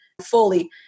fully